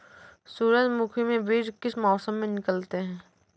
सूरजमुखी में बीज किस मौसम में निकलते हैं?